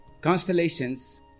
constellations